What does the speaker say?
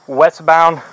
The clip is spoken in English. westbound